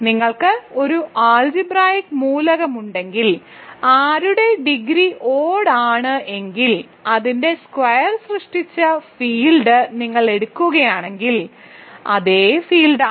നിങ്ങൾക്ക് ഒരു അൾജിബ്രായിക്ക് മൂലകമുണ്ടെങ്കിൽ ആരുടെ ഡിഗ്രി ഓഡ് ആണ് എങ്കിൽ അതിന്റെ സ്ക്വയർ സൃഷ്ടിച്ച ഫീൽഡ് നിങ്ങൾ എടുക്കുകയാണെങ്കിൽ അതേ ഫീൽഡാണ്